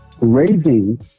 Raising